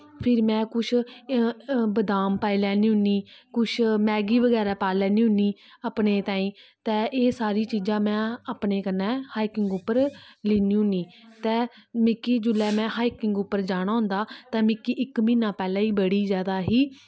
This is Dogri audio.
फिर में कुछ बदाम पाई लैनी होनी कुछ मैगी बगैरा पाई लैनी होनी अपने ताहीं ते एह् सारी चीजां में अपने कन्नै हाइकिंग उप्पर लैनी होनी ते मिकी जोल्लै में हाइकिंग उप्पर जाना होंदा ते मिकी इक म्हीना पैह्लें गै बड़ी जादा ही